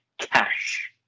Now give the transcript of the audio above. cash